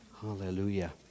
Hallelujah